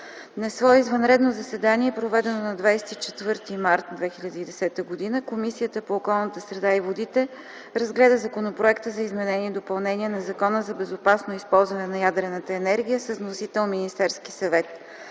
На свое извънредно заседание, проведено на 24 март 2010 г., Комисията по околната среда и водите разгледа Законопроекта за изменение и допълнение на Закона за безопасно използване на ядрената енергия с вносител Министерският съвет.